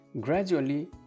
Gradually